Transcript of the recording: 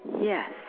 Yes